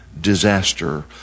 disaster